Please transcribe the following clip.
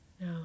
No